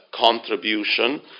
contribution